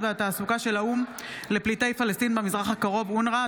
והתעסוקה של האו"ם לפליטי פלסטין במזרח הקרוב (אונר"א),